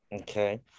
Okay